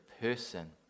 person